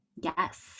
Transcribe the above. Yes